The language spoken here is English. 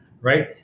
right